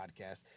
podcast